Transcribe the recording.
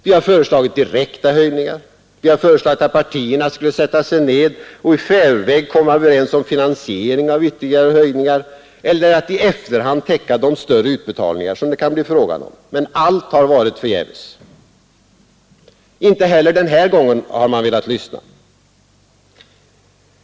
Vi har föreslagit direkta höjningar, och vi har föreslagit att partierna skulle sätta sig ned och i förväg komma överens om finansieringen av ytterligare höjningar eller att i efterhand täcka de större utbetalningar som det kan bli fråga om. Men allt har varit förgäves. Inte heller den här gången har man velat lyssna.